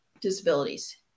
disabilities